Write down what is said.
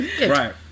Right